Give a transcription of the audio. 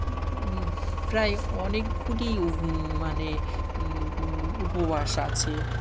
প্রায় অনেকগুলি মানে উপবাস আছে